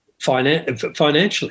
financially